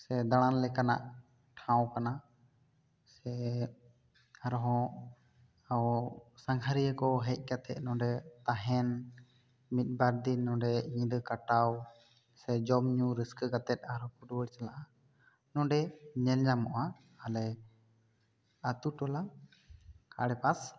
ᱥᱮ ᱫᱟᱬᱟᱱ ᱞᱮᱠᱟᱱᱟᱜ ᱴᱷᱟᱶ ᱠᱟᱱᱟ ᱥᱮ ᱟᱨᱦᱚᱸ ᱥᱟᱸᱜᱷᱟᱨᱤᱭᱟᱹ ᱠᱚ ᱦᱮᱡ ᱠᱟᱛᱮ ᱱᱚᱰᱮ ᱛᱟᱦᱮᱱ ᱢᱤᱫ ᱵᱟᱨ ᱫᱤᱱ ᱱᱚᱰᱮ ᱧᱤᱫᱟᱹ ᱠᱟᱴᱟᱣ ᱥᱮ ᱡᱚᱢ ᱧᱩ ᱨᱟᱹᱥᱠᱟᱹ ᱠᱟᱛᱮ ᱟᱨᱦᱚᱸ ᱠᱚ ᱨᱩᱣᱟᱹᱲ ᱪᱟᱞᱟᱜᱼᱟ ᱱᱚᱰᱮ ᱧᱮᱞ ᱧᱟᱢᱚᱜᱼᱟ ᱟᱞᱮ ᱟᱛᱳ ᱴᱚᱞᱟ ᱟᱲᱮ ᱯᱟᱥ